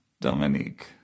Dominique